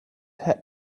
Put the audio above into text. head